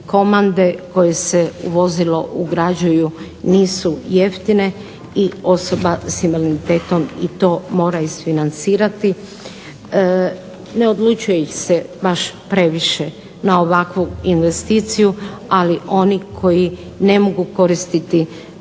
komande koje se u vozilo ugrađuju nisu jeftine i osoba s invaliditetom i to mora isfinancirati. Ne odlučuju se baš previše na ovakvu investiciju, ali oni koji ne mogu koristiti